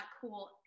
cool